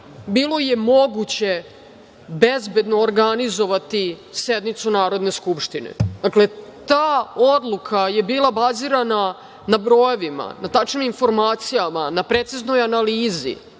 bilo je moguće bezbedno organizovati sednicu Narodne skupštine. Dakle, ta odluka je bila bazirana na brojevima, na tačnim informacijama, na preciznoj analizi